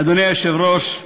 אדוני היושב-ראש,